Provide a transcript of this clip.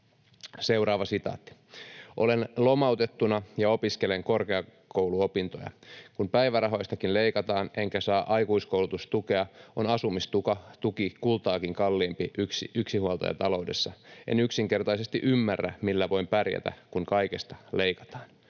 oikeistohallituksessa.” ”Olen lomautettuna ja opiskelen korkeakouluopintoja. Kun päivärahoistakin leikataan enkä saa aikuiskoulutustukea, on asumistuki kultaakin kalliimpi yksinhuoltajataloudessa. En yksinkertaisesti ymmärrä, millä voin pärjätä, kun kaikesta leikataan.”